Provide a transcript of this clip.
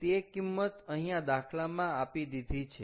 તે કિંમત અહીંયા દાખલામાં આપી દીધી છે